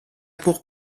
pour